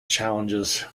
challenges